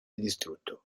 distrutto